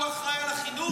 הוא אחראי על החינוך?